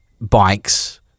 bikes